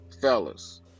Fellas